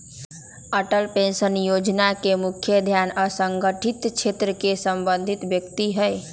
Atal pension Yojana के मुख्य ध्यान असंगठित क्षेत्र से संबंधित व्यक्ति हइ